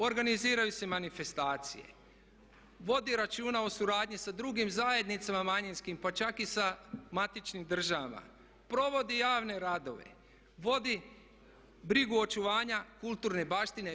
Organiziraju se manifestacije, vodi računa o suradnji sa drugim zajednicama manjinskim pa čak i sa matičnim državama, provodi javne radove, vodi brigu očuvanja kulturne baštine.